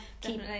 keep